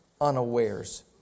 unawares